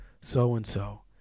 so-and-so